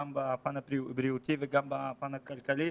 גם בפן הבריאותי וגם בפן הכלכלי,